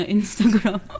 Instagram